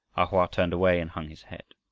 a hoa turned away and hung his head.